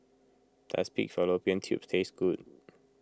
does Pig Fallopian Tubes taste good